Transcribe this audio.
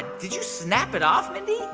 did you snap it off, mindy?